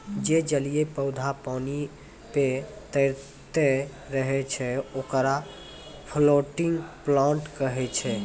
जे जलीय पौधा पानी पे तैरतें रहै छै, ओकरा फ्लोटिंग प्लांट कहै छै